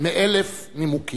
מאלף נימוקים."